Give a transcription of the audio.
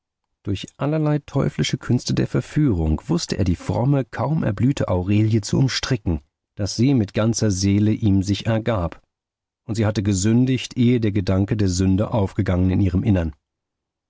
durch allerlei teuflische künste der verführung wußte er die fromme kaum erblühte aurelie zu umstricken daß sie mit ganzer seele ihm sich ergab und sie hatte gesündigt ehe der gedanke der sünde aufgegangen in ihrem innern